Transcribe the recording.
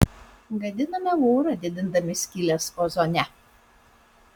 gadiname orą didindami skyles ozone